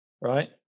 Right